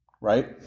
right